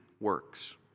works